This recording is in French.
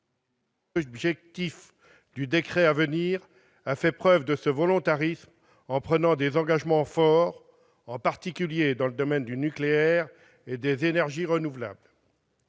Président de la République a fait preuve d'un tel volontarisme, en prenant des engagements forts, en particulier dans le domaine du nucléaire et des énergies renouvelables.